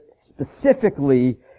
specifically